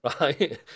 right